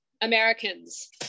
Americans